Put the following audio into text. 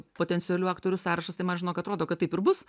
potencialių aktorių sąrašas tai man žinok atrodo kad taip ir bus